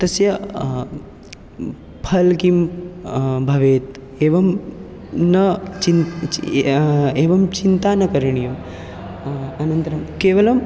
तस्य फलं किं भवेत् एवं न चिन् एवं चिन्ता न करणीयम् अनन्तरं केवलं